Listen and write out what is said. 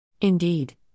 Indeed